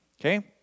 Okay